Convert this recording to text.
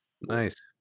Nice